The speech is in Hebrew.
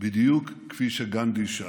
בדיוק כפי שגנדי שאף.